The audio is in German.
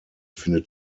findet